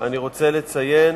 אני רוצה לציין